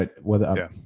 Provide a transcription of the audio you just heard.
right